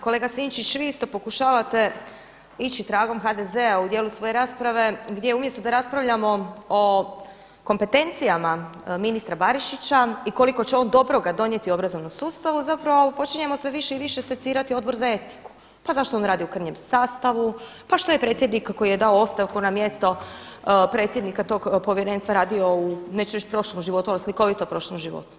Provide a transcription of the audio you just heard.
Kolega Sinčić vi isto pokušavate ići tragom HDZ-a u dijelu svoje rasprave gdje umjesto da raspravljamo o kompetencijama ministra Barišića i koliko će on dobroga donijeti obrazovnom sustavu, zapravo počinjemo sve više i više secirati Odbor za etiku, pa zašto on radi u krnjem sastavu, pa što je predsjednik koji je dao ostavku na mjesto predsjednika tog Povjerenstva radio neću reći u prošlom životu ali slikovito prošlom životu.